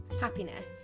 happiness